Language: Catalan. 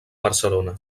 barcelona